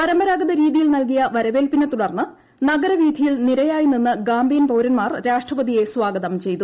പരമ്പരാഗത രീതിയിൽ നൽകിയ വരവേൽപ്പിനെ തുടർന്ന് നഗരവീഥിയിൽ നിരയായി നിന്ന് ഗാമ്പിയൻ പൌരൻമാർ രാഷ്ട്രപതിയെ സ്വാഗതം ചെയ്തു